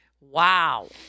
Wow